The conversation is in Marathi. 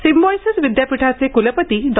सिंबायोसिस विद्यापीठाचे कुलपती डॉ